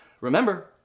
Remember